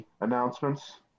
announcements